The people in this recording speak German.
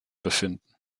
befinden